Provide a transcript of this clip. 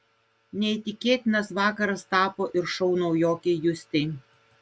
neįtikėtinas vakaras tapo ir šou naujokei justei